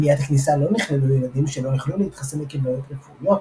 במניעת הכניסה לא נכללו ילדים שלא יכלו להתחסן עקב בעיות רפואיות,